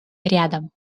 рядом